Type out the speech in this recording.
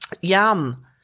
Yum